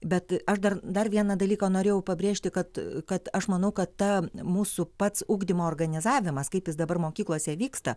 bet aš dar dar vieną dalyką norėjau pabrėžti kad kad aš manau kad ta mūsų pats ugdymo organizavimas kaip jis dabar mokyklose vyksta